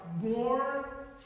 more